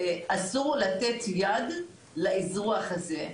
אסור לתת יד לאזרוח הזה.